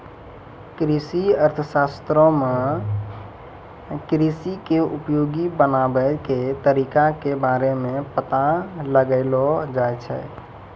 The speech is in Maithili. कृषि अर्थशास्त्रो मे कृषि के उपयोगी बनाबै के तरिका के बारे मे पता लगैलो जाय छै